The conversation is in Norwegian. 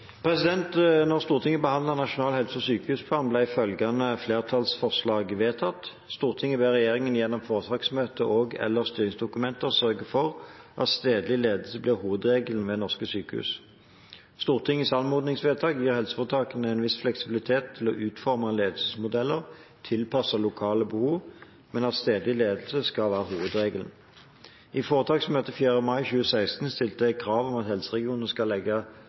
Stortinget behandlet Nasjonal helse- og sykehusplan, ble følgende flertallsforslag vedtatt: «Stortinget ber regjeringen gjennom foretaksmøtet og/eller styringsdokumenter sørge for at stedlig ledelse blir hovedregelen ved norske sykehus.» Stortingets anmodningsvedtak gir helseforetakene en viss fleksibilitet til å utforme ledelsesmodeller tilpasset lokale behov, men stedlig ledelse skal være hovedregelen. I foretaksmøtet 4. mai 2016 stilte jeg krav om at helseregionene skal legge